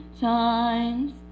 times